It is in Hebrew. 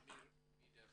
אמיר וידר,